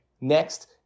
Next